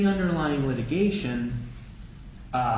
the underlying litigation